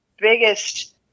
biggest